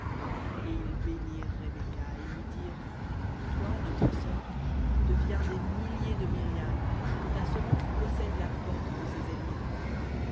et ils bénirent rebecca et lui dirent toi notre sœur deviens des milliers de myriades et que ta semence possède la porte de ses ennemis